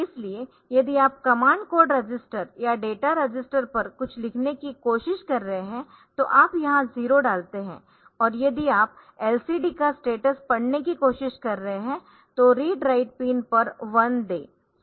इसलिए यदि आप कमांड कोड रजिस्टर या डेटा रजिस्टर पर कुछ लिखने की कोशिश कर रहे है तो आप यहां 0 डालते है और यदि आप LCD का स्टेटस पढ़ने की कोशिश कर रहे है तो रीड राइट पिन पर 1 दें